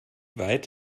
weit